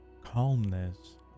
Calmness